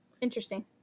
interesting